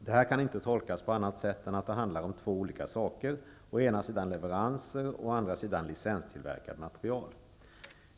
Det här kan inte tolkas på annat sätt än så att det handlar om två olika saker -- å ena sidan leveranser och å andra sidan licenstillverkad materiel.